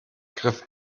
griff